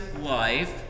life